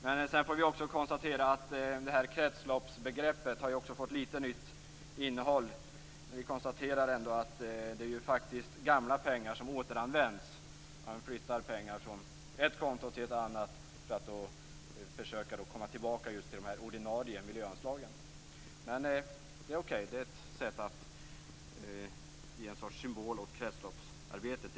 Men sedan får vi också konstatera att kretsloppsbegreppet har fått lite nytt innehåll. Vi konstaterar att det faktiskt är gamla pengar som återanvänds. Man flyttar pengar från ett konto till ett annat för att försöka komma tillbaka till de ordinarie miljöanslagen. Det är okej, det är ett sätt att ge en sorts symbol åt kretsloppsarbetet.